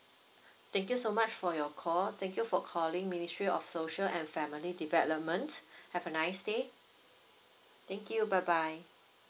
thank you so much for your call thank you for calling ministry of social and family development have a nice day thank you bye bye